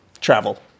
Travel